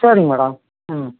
சரிங்க மேடம் ம்